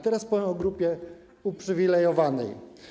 Teraz powiem o grupie uprzywilejowanej.